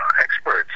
experts